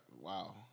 wow